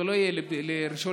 זה לא יהיה ב-1 בספטמבר,